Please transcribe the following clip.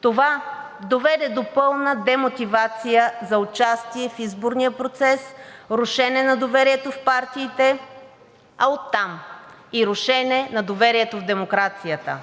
Това доведе до пълна демотивация за участие в изборния процес, рушене на доверието в партиите, а оттам и рушене на доверието в демокрацията.